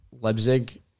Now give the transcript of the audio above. Leipzig